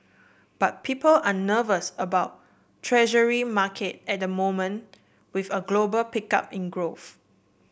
but people are nervous about Treasury market at the moment with a global pickup in growth